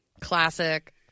classic